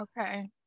okay